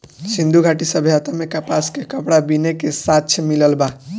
सिंधु घाटी सभ्यता में कपास के कपड़ा बीने के साक्ष्य मिलल बा